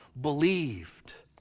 believed